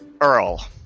Earl